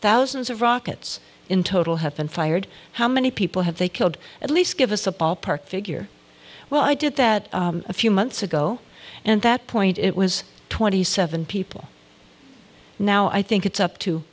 thousands of rockets in total have been fired how many people have they killed at least give us a ballpark figure well i did that a few months ago and that point it was twenty seven people now i think it's up to